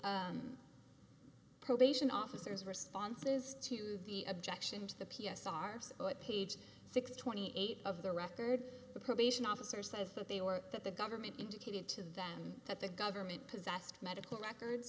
probation officer's responses to the objection to the p s r so at page six twenty eight of the record the probation officer says that they were that the government indicated to them that the government possessed medical records